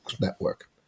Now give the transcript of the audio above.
Network